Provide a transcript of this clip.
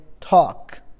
talk